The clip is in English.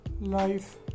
life